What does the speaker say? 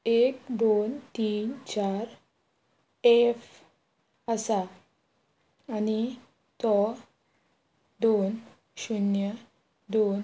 एक दोन तीन चार एफ आसा आनी तो दोन शुन्य दोन